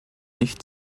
nicht